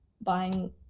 buying